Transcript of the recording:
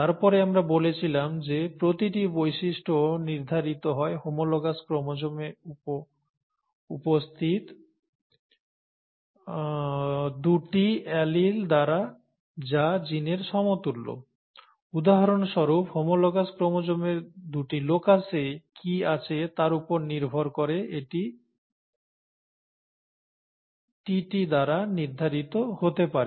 তারপরে আমরা বলেছিলাম যে প্রতিটি বৈশিষ্ট্য নির্ধারিত হয় হোমোলোগাস ক্রোমোজোমে উপর অবস্থিত দুটি অ্যালিল দ্বারা যা জিনের সমতুল্য উদাহরণস্বরূপ হোমোলোগাস ক্রোমোজোমের দুটি লোকাসে কি আছে তার ওপর নির্ভর করে এটি TT Tt tT or tt দ্বারা নির্ধারিত হতে পারে